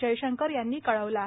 जयशंकर यांनी कळवलं आहे